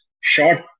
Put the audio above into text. short